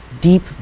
deep